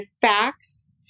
facts